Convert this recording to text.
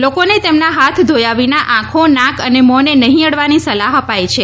લોકોને તેમના હાથ ધોયા વિના આંખો નાક અને મો ને નહીં અડવાની સલાહ અપાઈ છે